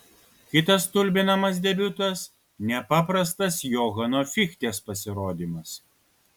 kitas stulbinamas debiutas nepaprastas johano fichtės pasirodymas